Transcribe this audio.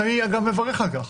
אני אגב מברך על כך,